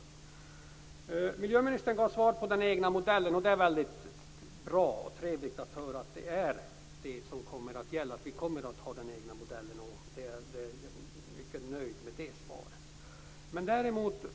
Miljöministern gav svar på frågan om den egna modellen. Det är mycket bra och trevligt att höra att det är den egna modellen som kommer att gälla. Jag är mycket nöjd med det svaret.